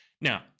Now